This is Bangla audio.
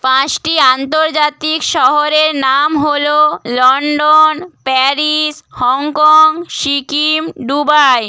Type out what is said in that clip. পাঁচটি আন্তর্জাতিক শহরের নাম হল London Paris Hong Kong Sikkim Dubai